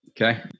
Okay